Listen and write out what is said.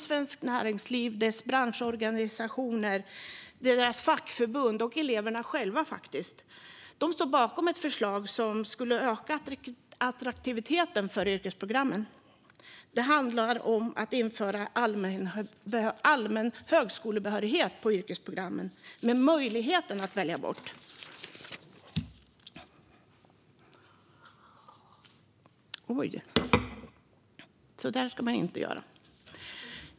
Svenskt näringsliv, dess branschorganisationer och fackförbund samt eleverna själva, faktiskt, står bakom ett förslag som skulle öka attraktiviteten hos yrkesprogrammen. Det handlar om att införa allmän högskolebehörighet på yrkesprogrammen med möjligheten att välja bort den.